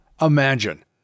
Imagine